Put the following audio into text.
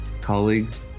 colleagues